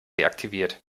deaktiviert